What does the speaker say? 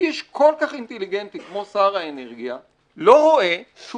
שאיש כל כך אינטליגנטי לא רואה שהוא